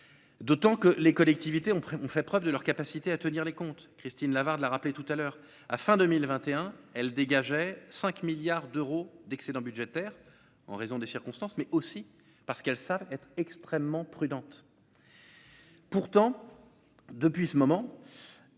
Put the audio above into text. d'autant que les collectivités ont ont fait preuve de leur capacité à tenir les comptes Christine Lavarde l'a rappelé tout à l'heure à fin 2021 elle dégageait 5 milliards d'euros d'excédents budgétaires en raison des circonstances mais aussi parce qu'elles savent être extrêmement prudente, pourtant depuis ce moment